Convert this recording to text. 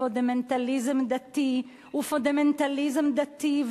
פונדמנטליזם דתי הוא פונדמנטליזם דתי,